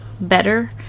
better